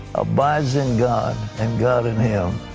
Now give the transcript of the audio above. abides in god and god in him.